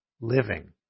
living